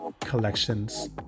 collections